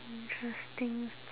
interesting story